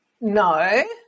No